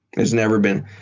it's never been.